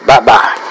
Bye-bye